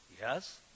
Yes